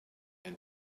and